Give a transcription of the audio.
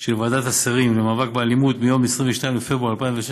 של ועדת השרים למאבק באלימות מיום 22 בפברואר 2016